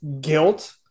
guilt